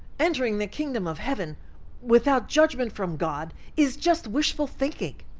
entering the kingdom of heaven without judgment from god is just wishful thinking!